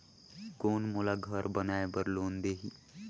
कौन मोला घर बनाय बार लोन देही?